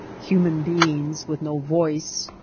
human beings with no voice.